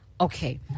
Okay